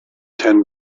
ten